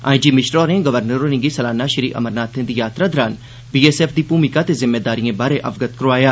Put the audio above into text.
आई G Mishra होरें governor होरेंगी सलाना श्री अमरनाथें दी यात्रा दौरान बीएसएफ दी भूमिका ते जिम्मेदारिएं बारै अवगत करोआया